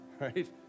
right